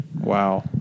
Wow